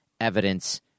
evidence